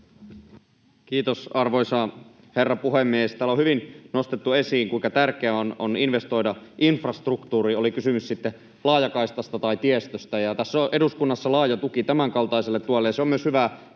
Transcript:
Kiitos, arvoisa herra puhemies! Täällä on hyvin nostettu esiin, kuinka tärkeää on investoida infrastruktuuriin, oli kysymys sitten laajakaistasta tai tiestöstä. Eduskunnassa on laaja tuki tämänkaltaiselle tuelle, ja se on myös hyvää